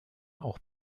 auch